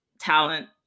talent